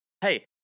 Hey